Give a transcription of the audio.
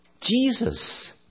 Jesus